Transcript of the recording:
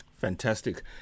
Fantastic